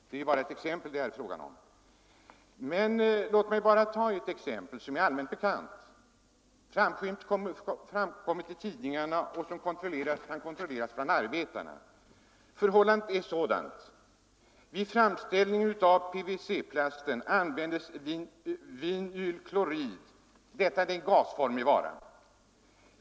Låt mig emellertid ta som exempel uppgifter som offentliggjorts i tidningarna och som kan kontrolleras bland arbetarna. Vid framställning av PVC-plast används vinylklorid, som är en gasformig råvara.